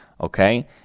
Okay